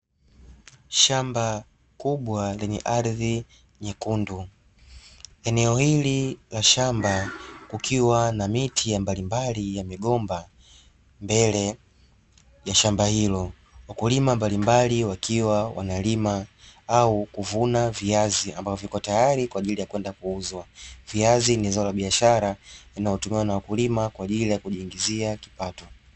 Shamba kubwa lenye ardhi nyekundu eneo hili la shamba kukiwa na miti mbali mbali ya migomba mbele ya shamba hilo wakulima mbalimbali wakiwa wanalima au kuvuna viazi ambavyo viko tayari kwa ajili ya kwenda kuuzwa, viazi ni zao la biashara inayotumiwa na wakulima kwa ajili ya kujiingizia kipato.